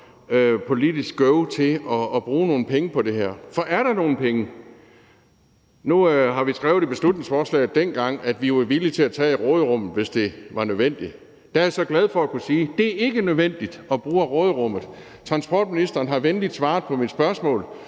politisk go til at bruge nogle penge på det her. Men er der nogen penge? Dengang vi skrev beslutningsforslaget, skrev vi, at vi jo var villige til at tage af råderummet, hvis det blev nødvendigt. Der er jeg så glad for at kunne sige: Det er ikke nødvendigt at bruge af råderummet. Transportministeren har venligt svaret på mit spørgsmål